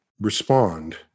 respond